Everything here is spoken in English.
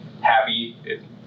happy